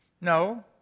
No